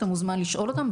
אתה מוזמן לשאול אותם.